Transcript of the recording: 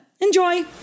Enjoy